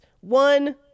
one